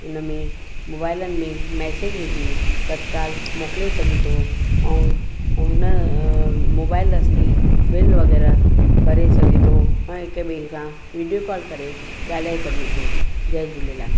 उन में मोबाइलनि में मैसेज विझी तत्काल मोकिले सघे थो ऐं पोइ हुन मोबाइल रस्ते बिल वग़ैरह भरे सघे थो ऐं हिकु ॿिए सां विडियो कोल करे ॻाल्हाए सघे थो जय झूलेलाल